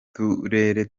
uturere